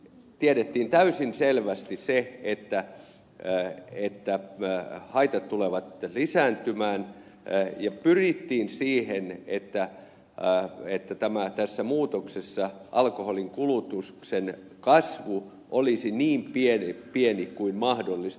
tiedettiin täysin selvästi se että haitat tulevat lisääntymään ja pyrittiin siihen että tässä muutoksessa alkoholinkulutuksen kasvu olisi niin pieni kuin mahdollista